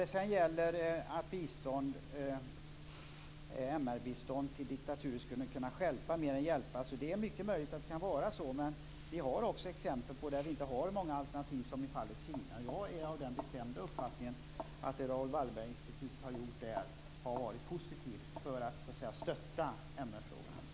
Det är mycket möjligt att MR-bistånd till diktaturer skulle kunna stjälpa mer än hjälpa. Men vi har också exempel där vi inte har många alternativ. Det gäller t.ex. Kina. Jag är av den bestämda uppfattningen att det Raoul Wallenberg-institutet har gjort där har varit positivt för att stötta MR-frågorna.